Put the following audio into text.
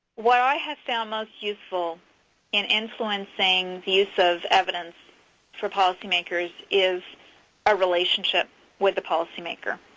what i have found most useful in influencing the use of evidence for policymakers is a relationship with the policymaker.